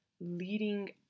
leading